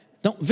Então